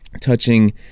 touching